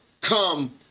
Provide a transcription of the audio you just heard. come